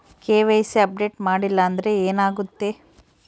KYC update ಮಾಡಿಲ್ಲ ಅಂದ್ರೆ ಏನಾಗುತ್ತೆ?